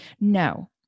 No